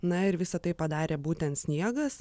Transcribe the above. na ir visa tai padarė būtent sniegas